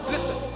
Listen